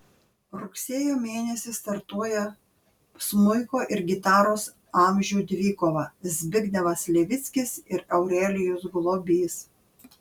rugsėjo mėnesį startuoja smuiko ir gitaros amžių dvikova zbignevas levickis ir aurelijus globys